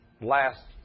last